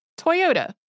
Toyota